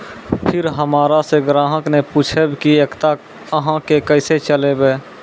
फिर हमारा से ग्राहक ने पुछेब की एकता अहाँ के केसे चलबै?